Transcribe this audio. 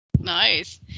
Nice